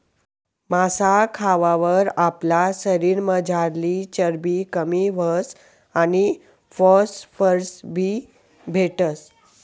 मासा खावावर आपला शरीरमझारली चरबी कमी व्हस आणि फॉस्फरस बी भेटस